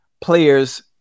players